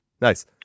Nice